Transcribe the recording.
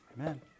Amen